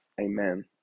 Amen